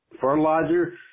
fertilizer